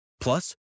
Plus